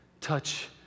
touch